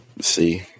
See